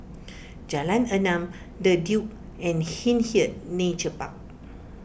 Jalan Enam the Duke and Hindhede Nature Park